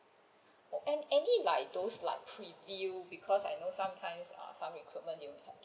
an~ any like those like preview because I know sometimes ah some recruitment you have